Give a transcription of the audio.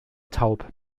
taub